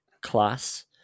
class